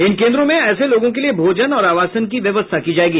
इन केन्द्रों में ऐसे लोगों के लिये भोजन और आवासन की व्यवस्था की जायेगी